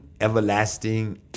Everlasting